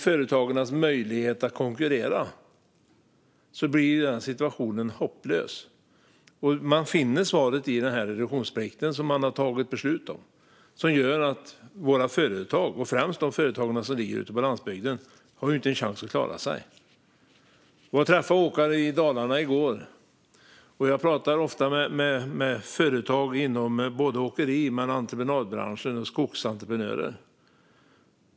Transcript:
Företagens konkurrenssituation blir hopplös, och svaret finner man i den reduktionsplikt som beslutats. Våra företag, framför allt de som ligger på landsbygden, har inte en chans att klara sig. Jag träffade åkare i Dalarna i går, och jag pratar ofta med företag inom åkeri och entreprenad, till exempel skogsentreprenörer.